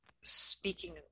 speaking